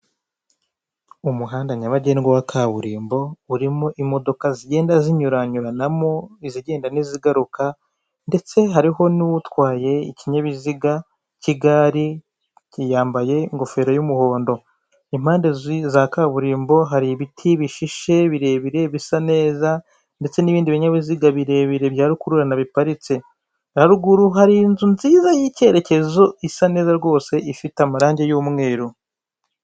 Umuhanda nyabagendwa wa kaburimbo urimo imodoka zigenda zinyuranyuranamo izigenda n'izigaruka ndetse hariho n'utwaye ikinyabiziga cy'igare kiyambaye ingofero y'umuhondo impande za kaburimbo hari ibiti bishishe birebire bisa neza ndetse n'ibindi binyabiziga birebire bya rukururana biparitse. Haruguru hari inzu nziza y'icyerekezo isa neza rwose ifite amarangi y'umweru.